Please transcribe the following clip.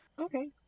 Okay